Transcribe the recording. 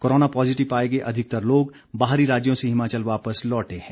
corona positive पाए गए अधिकतर लोग बाहरी राज्यों से हिमाचल वापस लौटे हैं